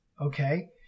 okay